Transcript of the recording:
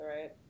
right